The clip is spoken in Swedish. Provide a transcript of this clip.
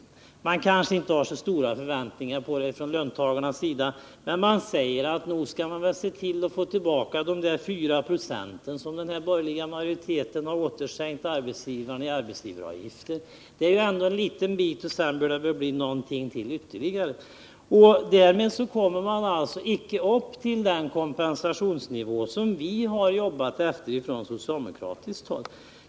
Löntagarna kanske inte har så stora förväntningar på den, men man säger att man väl i alla fall skall se till att få tillbaka de 4 26 som den borgerliga majoriteten återskänkt arbetsgivarna i form av minskade arbetsgivaravgifter. Det är ändå en liten bit, och sedan bör det väl bli något ytterligare. Därmed kommer man inte upp till den kompensationsnivå som vi från socialdemokratiskt håll jobbat för.